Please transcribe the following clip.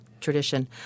tradition